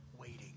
waiting